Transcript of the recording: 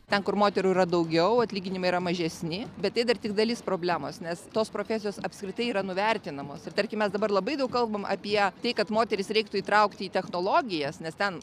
ten kur moterų yra daugiau atlyginimai yra mažesni bet tai dar tik dalis problemos nes tos profesijos apskritai yra nuvertinamos ir tarkime dabar labai daug kalbame apie tai kad moterys reiktų įtraukti į technologijas nes ten